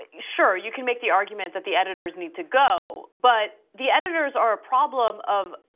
and sure you can make the argument that the editors need to go. but the editors are a problem of,